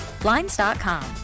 Blinds.com